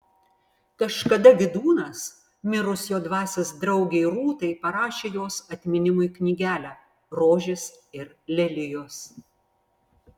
kažkada vydūnas mirus jo dvasios draugei rūtai parašė jos atminimui knygelę rožės ir lelijos